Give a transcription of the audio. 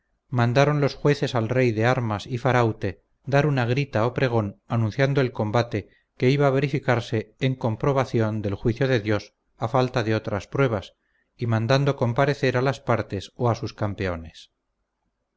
mandaron los jueces al rey de armas y faraute dar una grita o pregón anunciando el combate que iba a verificarse en comprobación del juicio de dios a falta de otras pruebas y mandando comparecer a las partes o a sus campeones